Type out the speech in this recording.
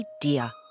idea